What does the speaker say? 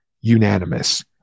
unanimous